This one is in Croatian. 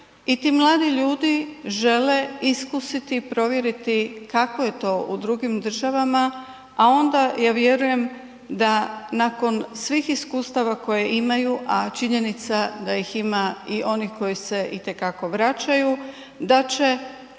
i ti mladi ljudi žele iskusiti i provjeriti kako je to u drugim državama, a onda ja vjerujem da nakon svih iskustava koje imaju, a činjenica da ih ima i onih koji se itekako vraćaju, da će